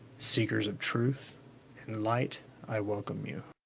seekers of truth, in light i welcome you.